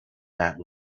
that